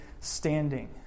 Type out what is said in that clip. standing